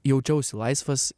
jaučiausi laisvas